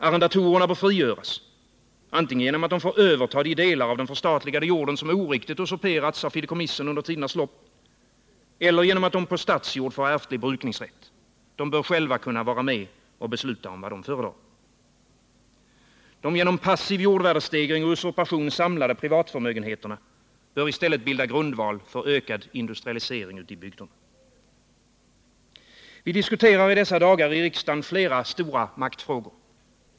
Arrendatorerna bör frigöras, antingen genom att de får överta de delar av den förstatligade jorden, som oriktigt usurperats av fideikommissen under tidernas lopp, eller att de på statsjord får ärftlig brukningsrätt — de bör själva kunna vara med och besluta om vad de föredrar. De genom passiv jordvärdestegring och usurpation samlade privatförmögenheterna bör bilda grundval för ökad industrialisering i bygderna. Vi diskuterar i dessa dagar i riksdagen flera stora maktfrågor.